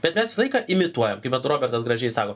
bet mes visą laiką imituojam vat robertas gražiai sako